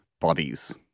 bodies